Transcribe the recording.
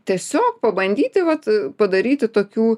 tiesiog pabandyti vat padaryti tokių